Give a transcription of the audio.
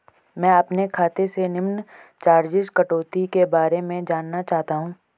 मैं अपने खाते से निम्न चार्जिज़ कटौती के बारे में जानना चाहता हूँ?